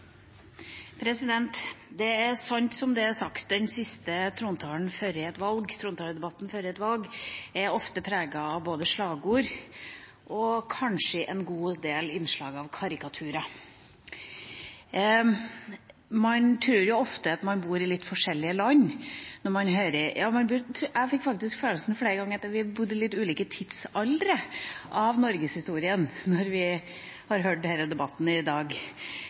sagt: Den siste trontaledebatten før et valg er ofte preget av både slagord og kanskje en god del innslag av karikaturer. Man tror ofte at man bor i litt forskjellige land – ja, jeg fikk faktisk flere ganger følelsen av at vi bor i litt ulike tidsaldre av norgeshistorien – når vi har hørt denne debatten i dag.